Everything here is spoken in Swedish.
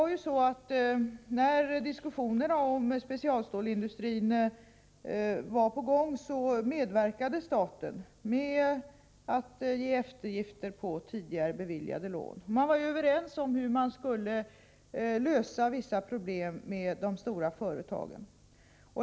När diskussionerna om specialstålsindustrin pågick medverkade staten genom att bevilja avskrivningar på tidigare beviljade lån. Man var överens om hur man ville lösa vissa problem med de stora företagen.